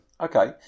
Okay